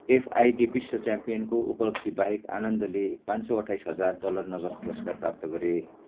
FID विश्व च्याम्पियनको उपाधिबाहेक आनन्दले पाँच सौ अट्ठाइस हजार डलर नगद पुरस्कार प्राप्त गरे